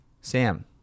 Sam